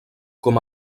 com